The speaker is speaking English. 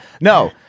No